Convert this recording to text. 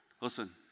Listen